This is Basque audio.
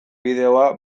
bideoa